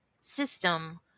system